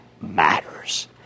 matters